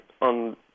on